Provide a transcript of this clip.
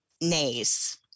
nays